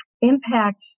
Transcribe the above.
impact